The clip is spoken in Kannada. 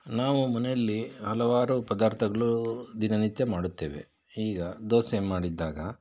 ನಾವು ಮನೆಯಲ್ಲಿ ಹಲವಾರು ಪದಾರ್ಥಗಳು ದಿನನಿತ್ಯ ಮಾಡುತ್ತೇವೆ ಈಗ ದೋಸೆ ಮಾಡಿದ್ದಾಗ